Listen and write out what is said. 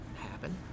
happen